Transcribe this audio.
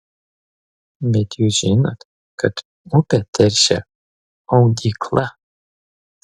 bet jūs žinot kad upę teršia audykla